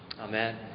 Amen